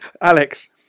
Alex